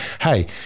hey